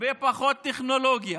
הרבה פחות טכנולוגיה,